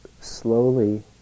slowly